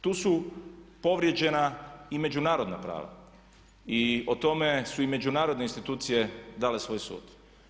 Tu su povrijeđena i međunarodna prava i o tome su i međunarodne institucije dale svoj sud.